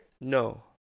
no